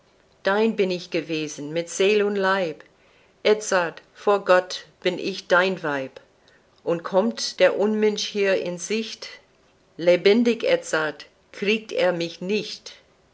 dein bin ich gewesen mit seel und leib edzard vor gott bin ich dein weib und kommt der unmensch hier in sicht lebendig edzard kriegt er mich nicht